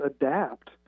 adapt